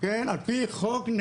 על פי חוק,